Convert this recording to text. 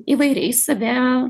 įvairiai save